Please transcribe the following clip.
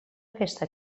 aquesta